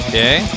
Okay